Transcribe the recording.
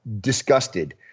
disgusted